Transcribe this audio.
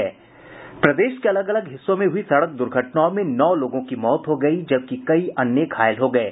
प्रदेश के अलग अलग हिस्सों में हुई सड़क दुर्घटनाओं में नौ लोगों की मौत हो गयी जबकि कई अन्य घायल हो गये